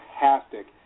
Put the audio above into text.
fantastic